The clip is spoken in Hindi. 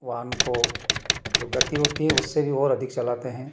वाहन को जो गाति होती है उससे भी और अधिक चलाते हैं